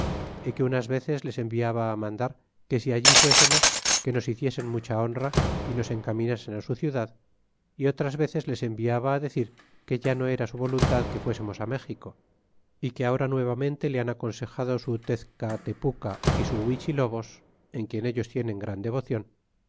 é que unas veces les enviaba mandar que si allí fuésemos que nos hiciesen mucha honra é nos encaminasen su ciudad é otras veces les enviaba decir que ya no era su voluntad que fuésemos méxico é que ahora nuevamente le han aconsejado su tezcatepuca y su huichilobos en quien ellos tienen gran devocion